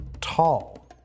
tall